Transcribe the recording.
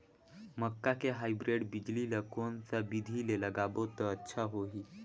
मक्का के हाईब्रिड बिजली ल कोन सा बिधी ले लगाबो त अच्छा होहि?